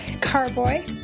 Carboy